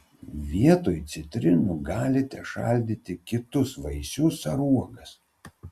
vietoj citrinų galite šaldyti kitus vaisius ar uogas